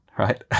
right